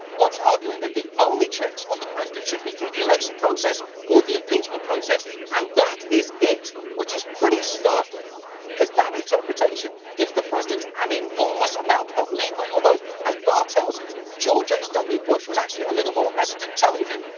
once arguing that the only checks on the president should be through the election process or the impeachment process, and that is it, which is pretty startling cause that interpretation gives the president an enormous amount of leeway. although, as barr tells it, george h. w. bush was actually a little more hesitant, telling him,